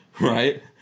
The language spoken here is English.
Right